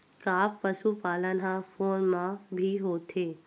का पशुपालन ह फोन म भी होथे?